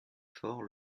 fort